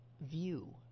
view